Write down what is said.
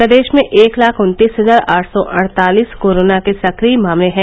प्रदेश में एक लाख उन्तीस हजार आठ सौ अड़तालीस कोरोना के सक्रिय मामले हैं